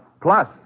plus